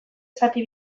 zati